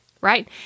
right